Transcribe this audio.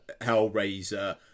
Hellraiser